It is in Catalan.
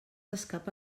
escapa